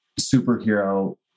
superhero